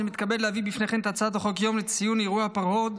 אני מתכוון להביא בפניכם את הצעת חוק יום לציון אירועי הפרהוד,